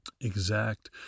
exact